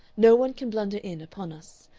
no one can blunder in upon us.